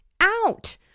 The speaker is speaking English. out